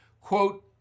quote